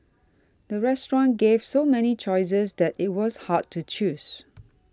the restaurant gave so many choices that it was hard to choose